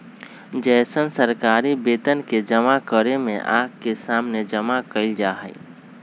जैसन सरकारी वेतन के जमा करने में आँख के सामने जमा कइल जाहई